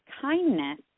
kindness